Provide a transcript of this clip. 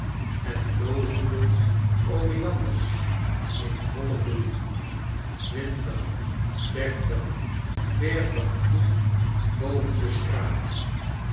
en blozende oleanders in vollen bloei twintig dertig veertig voet boven de straat